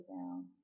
down